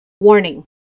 Warning